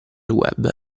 web